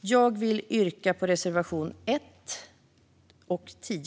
Jag yrkar bifall till reservationerna 1 och 10.